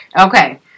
Okay